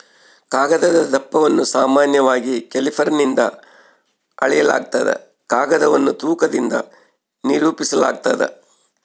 ಕಾಗದದ ದಪ್ಪವನ್ನು ಸಾಮಾನ್ಯವಾಗಿ ಕ್ಯಾಲಿಪರ್ನಿಂದ ಅಳೆಯಲಾಗ್ತದ ಕಾಗದವನ್ನು ತೂಕದಿಂದ ನಿರೂಪಿಸಾಲಾಗ್ತದ